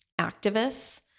Activists